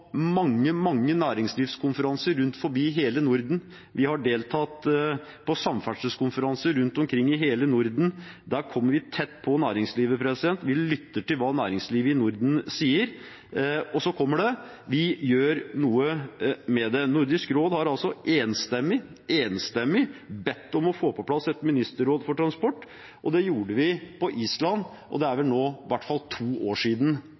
samferdselskonferanser rundt omkring i hele Norden. Der kommer vi tett på næringslivet, vi lytter til hva næringslivet i Norden sier, og så kommer det: Vi gjør noe med det. Nordisk råd har altså enstemmig bedt om å få på plass et ministerråd for transport, og det gjorde vi på Island. Det er vel nå i hvert fall to år siden